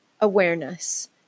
awareness